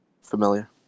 Familiar